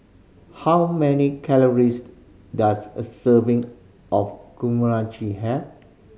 how many calories does a serving of have